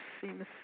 seems